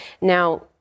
Now